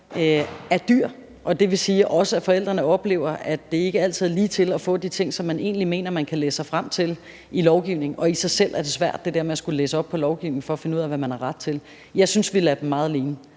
er dyr. Og det vil sige, at forældrene oplever, at det ikke altid er lige til at få de ting, som man egentlig mener at man kan læse sig frem til i lovgivningen. Og i sig selv er det svært at skulle læse op på lovgivningen for at finde ud af, hvad man har ret til. Jeg synes, vi lader dem meget alene,